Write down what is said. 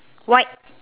white